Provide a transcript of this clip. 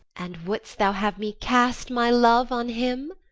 and wouldst thou have me cast my love on him?